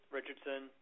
Richardson